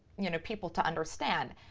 you know, people to understand.